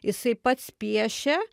jisai pats piešia